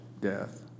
death